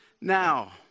now